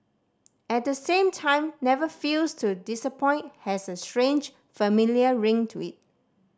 at the same time never fails to disappoint has a strange familiar ring to it